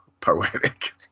poetic